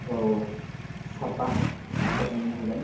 औ औ साबा न'खरजोंनो थांगोन